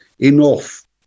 Enough